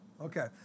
Okay